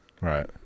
Right